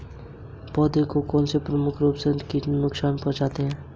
मैं यू.पी.आई पर प्राप्त भुगतान को कैसे देखूं?